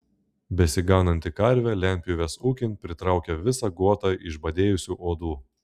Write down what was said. besigananti karvė lentpjūvės ūkin pritraukė visą guotą išbadėjusių uodų